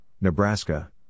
Nebraska